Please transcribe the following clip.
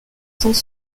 sans